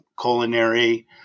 culinary